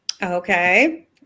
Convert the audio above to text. Okay